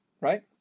right